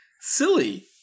silly